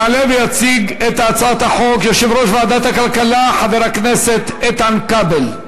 יעלה ויציג את הצעת החוק יושב-ראש ועדת הכלכלה חבר הכנסת איתן כבל.